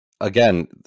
Again